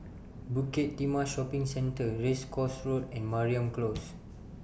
Bukit Timah Shopping Centre Race Course Road and Mariam Close